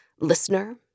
listener